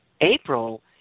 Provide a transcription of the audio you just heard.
April